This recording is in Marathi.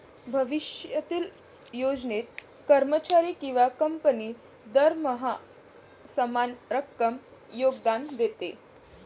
भविष्यातील योजनेत, कर्मचारी किंवा कंपनी दरमहा समान रक्कम योगदान देते